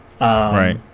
Right